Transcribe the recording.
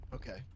Okay